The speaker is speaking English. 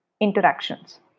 interactions